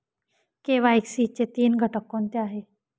KYC चे तीन घटक कोणते आहेत?